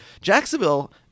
Jacksonville